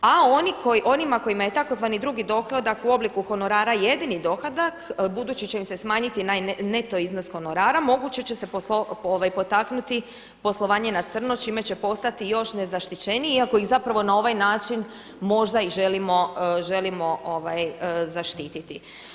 A onima kojima je tzv. drugi dohodak u obliku honorara jedini dohodak, budući će im se smanjiti neto iznos honorara, moguće će se potaknuti poslovanje na crno čime će postati još nezaštićeniji, iako ih zapravo na ovaj način možda i želimo zaštititi.